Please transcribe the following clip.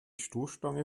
stoßstange